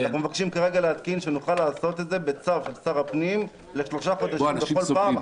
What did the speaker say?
אנחנו מבקשים כרגע לעשות את זה בצו של שר הפנים לשלושה חודשים בכל פעם,